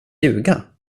ljuga